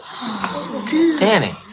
Danny